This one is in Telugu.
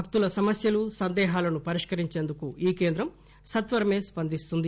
భక్తుల సమస్యలు సందేహాలను పరిష్కరించేందుకు ఈ కేంద్రం సత్వరమే స్పందిస్తుంది